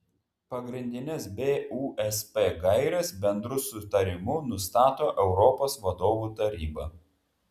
pagrindines busp gaires bendru sutarimu nustato europos vadovų taryba